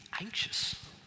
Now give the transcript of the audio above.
anxious